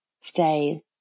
stay